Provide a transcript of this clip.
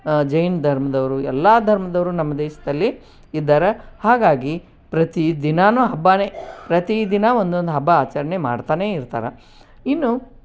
ಜೈನ ಧರ್ಮದವ್ರು ಎಲ್ಲ ಧರ್ಮದವ್ರು ನಮ್ಮ ದೇಶದಲ್ಲಿ ಇದ್ದಾರೆ ಹಾಗಾಗಿ ಪ್ರತಿ ದಿನವೂ ಹಬ್ಬಾನೇ ಪ್ರತೀ ದಿನ ಒಂದೊಂದು ಹಬ್ಬ ಆಚರಣೆ ಮಾಡ್ತಾನೇ ಇರ್ತಾರೆ ಇನ್ನೂ